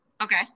okay